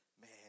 man